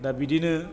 दा बिदिनो